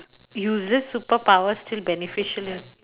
useless superpower still beneficial in